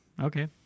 okay